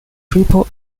triple